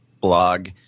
Blog